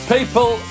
People